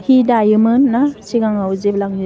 हि दायोमोन ना सिगाङाव जेब्ला आङो